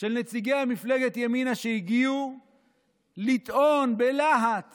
של נציגי מפלגת ימינה שהגיעו לטעון בלהט